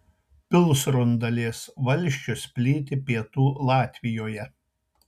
pilsrundalės valsčius plyti pietų latvijoje